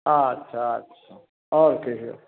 अच्छा अच्छा आओर कहियौ